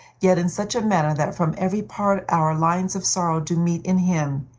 yet in such a manner that from every part our lines of sorrow do meet in him,